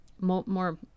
more